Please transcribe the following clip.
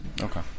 Okay